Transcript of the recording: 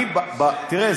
תראה,